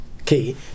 okay